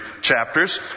chapters